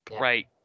Right